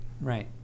Right